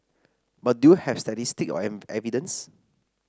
but do you have statistic or evidence